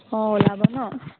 অঁ ওলাব ন